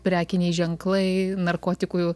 prekiniai ženklai narkotikųjų